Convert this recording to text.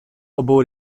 obou